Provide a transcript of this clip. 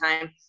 time